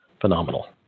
phenomenal